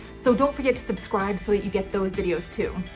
so don't forget to subscribe so that you get those videos too.